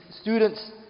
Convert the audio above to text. students